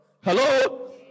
hello